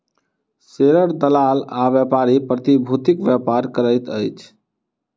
share दलाल आ व्यापारी प्रतिभूतिक व्यापार करैत अछि